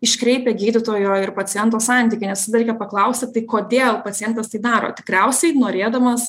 iškreipia gydytojo ir paciento santykį nes visada reikia paklausti tai kodėl pacientas tai daro tikriausiai norėdamas